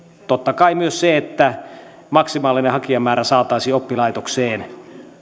totta kai myös se että maksimaalinen hakijamäärä saataisiin oppilaitokseen